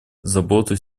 заботы